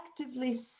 actively